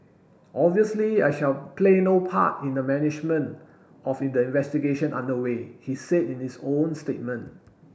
obviously I shall play no part in the management of in the investigation under way he said in his own statement